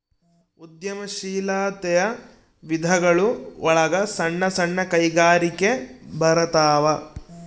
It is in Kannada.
ಉದ್ಯಮ ಶೀಲಾತೆಯ ವಿಧಗಳು ಒಳಗ ಸಣ್ಣ ಸಣ್ಣ ಕೈಗಾರಿಕೆ ಬರತಾವ